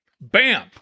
bam